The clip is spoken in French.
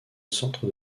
centre